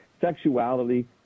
sexuality